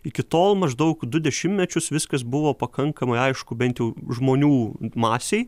iki tol maždaug du dešimtmečius viskas buvo pakankamai aišku bent jau žmonių masei